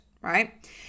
right